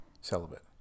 celibate